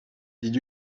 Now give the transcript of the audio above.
did